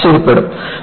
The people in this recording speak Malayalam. നിങ്ങൾ ആശ്ചര്യപ്പെടും